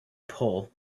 pull